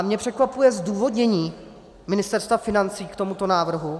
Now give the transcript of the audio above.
Mě překvapuje zdůvodnění Ministerstva financí k tomuto návrhu.